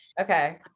Okay